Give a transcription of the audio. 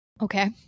Okay